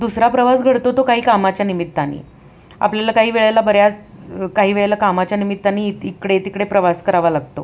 दुसरा प्रवास घडतो तो काही कामाच्या निमित्ताने आपल्याला काही वेळेला बऱ्याच काही वेळेला कामाच्या निमित्ताने इत इकडे तिकडे प्रवास करावा लागतो